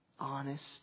Honest